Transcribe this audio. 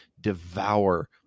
devour